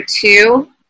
two